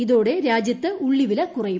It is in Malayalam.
ഇതോടെ രാജ്യത്ത് ഉള്ളി വില കുറയും